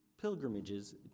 pilgrimages